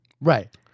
Right